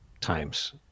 times